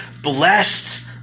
blessed